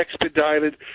expedited